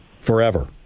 forever